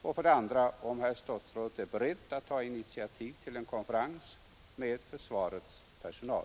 Och för det andra om herr statsrådet är beredd att ta initiativ till en konferens med försvarets personal?